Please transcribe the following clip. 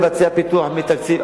הוא יכול לבצע פיתוח מתקציב,